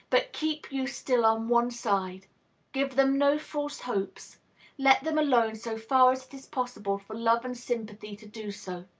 but keep you still on one side give them no false helps let them alone so far as it is possible for love and sympathy to do so.